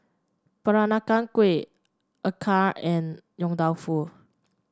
Peranakan Kueh acar and Yong Tau Foo